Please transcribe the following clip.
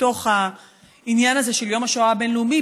בתוך העניין הזה של יום השואה הבין-לאומי,